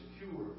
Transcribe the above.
secure